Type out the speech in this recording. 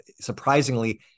surprisingly